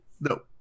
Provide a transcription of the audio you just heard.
No